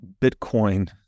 Bitcoin